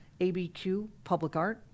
abqpublicart